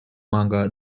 manga